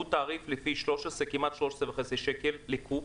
הוא תעריף לפי כמעט 13.5 שקלים לקו"ב.